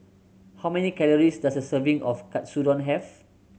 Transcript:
how many calories does a serving of Katsudon have